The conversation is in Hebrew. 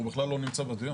הוא בכלל לא נמצא בזירה.